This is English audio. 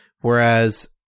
Whereas